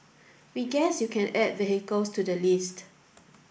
we guess you can add vehicles to the list